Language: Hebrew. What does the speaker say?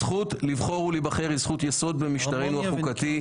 הזכות לבחור ולהיבחר היא זכות יסוד במשטרנו החוקתי.